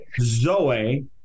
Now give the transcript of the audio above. zoe